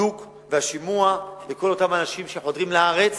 הבידוק והשימוע לכל אותם אנשים שחודרים לארץ